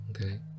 okay